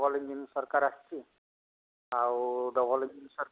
ସରକାର ଆସିଛି ଆଉ ଡବଲ ଇଞ୍ଜିନ୍